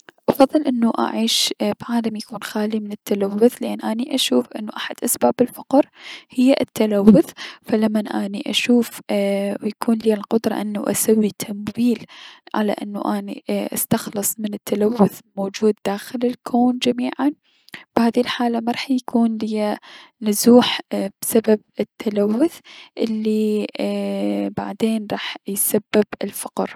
افضل انو اعيش بعالم يكون خالي من التلوث لأن اني اشوف انو احد اسباب الفقر هي التلوث فلمن اني اشوف ايي- و يكون ليا القدرة انو اسوي تمويل على انو اني استخلص من التلوث الموجود داخل الكون جميعا بهذي الحالة محيكون ليا نزوح بسبب التلوث الي اي- بعدين راح يسبب الفقلر.